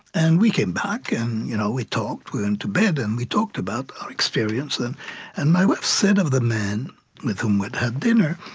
and we came back, and you know we talked. we went to bed, and we talked about our experience. and and my wife said of the man with whom we'd had dinner,